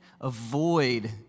avoid